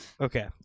Okay